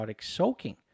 soaking